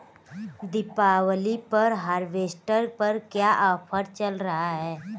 दीपावली पर हार्वेस्टर पर क्या ऑफर चल रहा है?